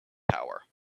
power